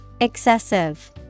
Excessive